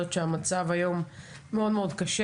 שהמצב היום הוא מאוד קשה.